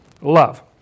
love